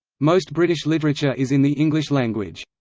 most british literature is in the english language.